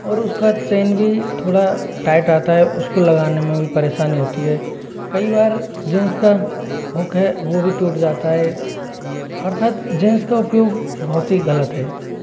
और उसका चैन भी थोड़ा टाइट आता है उसको लगाने में भी परेशानी होती है कई बार जींस का हुक है वह भी टूट जाता है अर्थात जींस का उपयोग बहुत ही गलत है